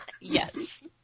Yes